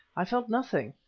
i felt nothing,